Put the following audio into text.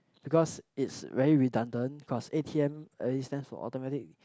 because it's very redundant plus a_t_m A stand for automatic